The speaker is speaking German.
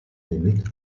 limit